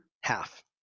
Half